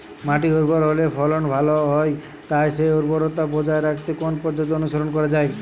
মাটি উর্বর হলে ফলন ভালো হয় তাই সেই উর্বরতা বজায় রাখতে কোন পদ্ধতি অনুসরণ করা যায়?